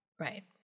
Right